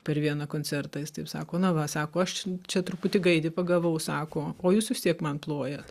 per vieną koncertą jis taip sako na va sako aš čia truputį gaidį pagavau sako o jūs vis tiek man plojat